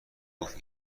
گفت